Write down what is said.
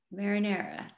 marinara